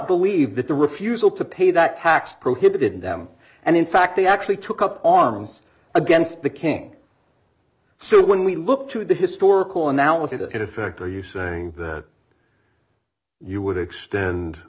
believe that the refusal to pay that tax prohibited them and in fact they actually took up arms against the king so when we look to the historical analogy that could affect are you saying that you would extend